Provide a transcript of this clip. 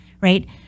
right